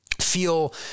feel